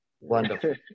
Wonderful